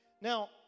Now